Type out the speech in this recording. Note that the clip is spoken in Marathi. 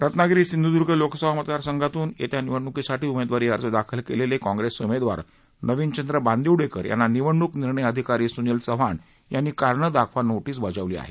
रत्नागिरी सिंधुदूर्ण लोकसभा मतदारसंघातून येत्या निवडणुकीसाठी उमेदवारी अर्ज दाखल केलेले काँप्रेसचे उमेदवार नवीनचंद्र बांदिवडेकर यांना निवडणूक निर्णय अधिकारी सुनील चव्हाण यांनी कारणं दाखवा नोटीस बजावली आहे